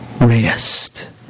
rest